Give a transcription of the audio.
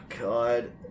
God